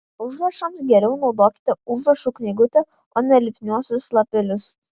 užrašams geriau naudokite užrašų knygutę o ne lipniuosius lapelius